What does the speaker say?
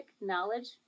knowledge